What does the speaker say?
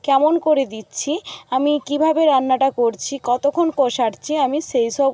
কেমন করে দিচ্ছি আমি কীভাবে রান্নাটা করছি কতক্ষণ কষাচ্ছি আমি সেই সব